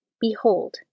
Behold